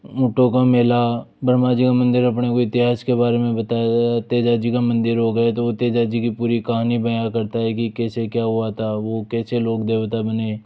ऊंटों का मेला ब्रह्मा जी का मंदिर अपने को इतिहास के बारे में बताया है तेजा जी का मंदिर हो गए तो वो तेजा जी की पूरी कहानी बयां करता है कि कैसे क्या हुआ था वो कैसे लोग देवता बने